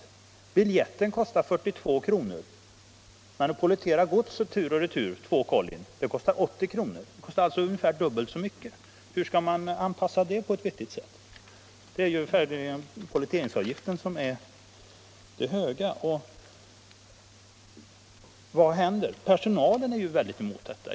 Färdbiljetten kostar 42 kr., men att pollettera två kollin tur och retur kostar 80 kr., alltså ungefär dubbelt så mycket. Hur skall man anpassa det på ett vettigt sätt? Polletteringen medför ju den största avgiften. Även järnvägspersonalen är starkt emot dessa höjningar.